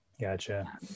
Gotcha